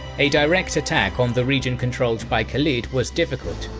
a direct attack on the region controlled by khalid was difficult,